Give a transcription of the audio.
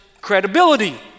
credibility